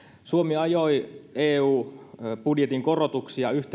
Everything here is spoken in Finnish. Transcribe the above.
suomi ajoi eu budjetin korotuksia yksi